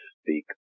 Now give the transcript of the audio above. speak